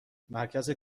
مرکز